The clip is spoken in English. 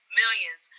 millions